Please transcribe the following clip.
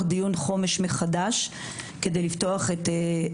דיון בתקציב החומש מחדש כדי להגדיל אותו.